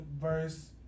verse